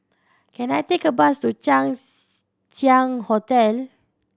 can I take a bus to Chang Ziang Hotel